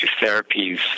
therapies